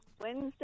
Wednesday